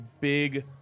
big